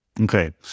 Okay